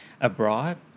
abroad